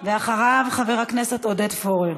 אחריו, חבר הכנסת עודד פורר.